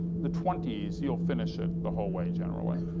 the twenty s, you'll finish it the whole way, generally.